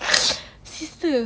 sister